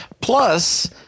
Plus